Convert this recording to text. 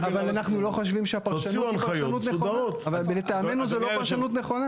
אבל אנחנו לא חושבים שהפרשנות היא פרשנות נכונה.